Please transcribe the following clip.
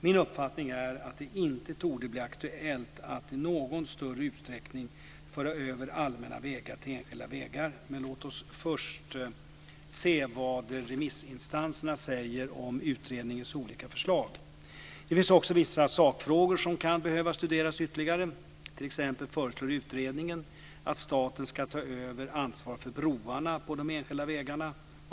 Min uppfattning är att det inte torde bli aktuellt att i någon större utsträckning föra över allmänna vägar till enskilda vägar, men låt oss först se vad remissinstanserna säger om utredningens olika förslag. Det finns också vissa sakfrågor som kan behöva studeras ytterligare. T.ex. föreslår utredningen att staten ska ta över ansvaret för broarna på de enskilda vägarna.